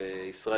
וישראל,